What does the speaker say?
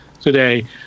today